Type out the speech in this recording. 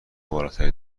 بالاتری